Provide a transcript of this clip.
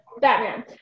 Batman